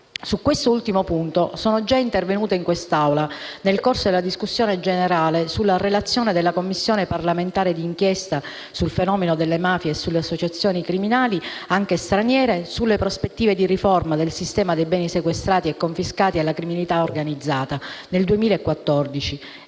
Su questo ultimo punto sono già intervenuta in quest'Aula nel 2014, nel corso della discussione generale sulla relazione della Commissione parlamentare di inchiesta sul fenomeno delle mafie e sulle associazioni criminali, anche straniere, sulle prospettive di riforma del sistema dei beni sequestrati e confiscati alla criminalità organizzata, ed è